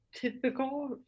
typical